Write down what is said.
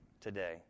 today